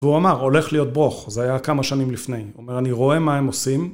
והוא אמר הולך להיות ברוך זה היה כמה שנים לפני הוא אומר אני רואה מה הם עושים